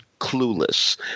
clueless